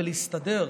ולהסתדר.